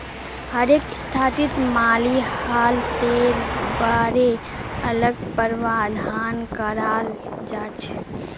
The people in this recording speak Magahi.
हरेक स्थितित माली हालतेर बारे अलग प्रावधान कराल जाछेक